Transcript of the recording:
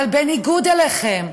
אבל בניגוד לכם,